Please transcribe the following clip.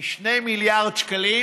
מ-2 מיליארד שקלים